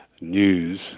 news